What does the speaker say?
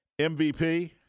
MVP